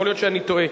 יכול להיות שאני טועה,